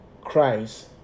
cries